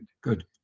Good